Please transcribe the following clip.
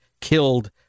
killed